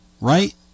right